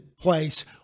place